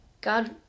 God